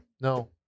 No